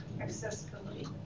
Accessibility